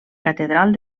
catedral